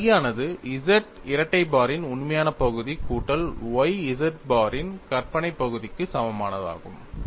இந்த phi ஆனது Z இரட்டை பாரின் உண்மையான பகுதி கூட்டல் y Z பாரின் கற்பனை பகுதிக்கு சமமானதாகும்